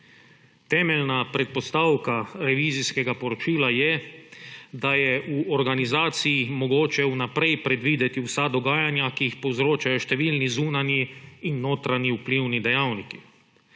Temeljna predpostavka revizijskega poročila je, da je v organizaciji mogoče vnaprej predvideti vsa dogajanja, ki jih povzročajo številni zunanji in notranji vplivni dejavniki.